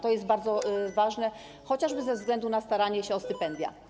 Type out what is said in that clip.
To jest bardzo ważne, chociażby ze względu na staranie się o stypendia.